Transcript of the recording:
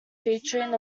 featuring